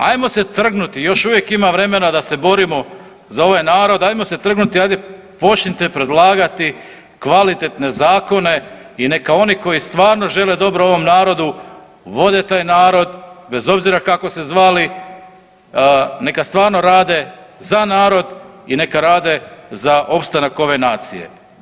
Ajmo se trgnuti, još uvijek ima vremena da se borimo za ovaj narod, ajmo se trgnuti, ajde počnite predlagati kvalitetne zakone i neka oni koji stvarno žele dobro ovom narodu vode taj narod, bez obzira kako se zvali, neka stvarno rade za narod i neka rade za opstanak ove nacije.